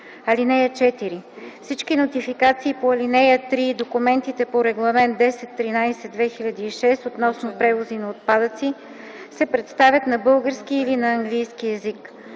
чл. 83. (4) Всички нотификации по ал. 3 и документи по Регламент 1013/2006 относно превози на отпадъци се представят на български или на английски език.